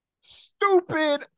Stupid